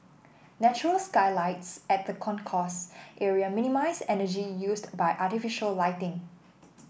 natural skylights at the concourse area minimise energy used by artificial lighting